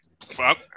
fuck